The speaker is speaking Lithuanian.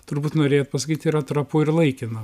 turbūt norėjot pasakyti yra trapu ir laikina